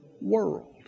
world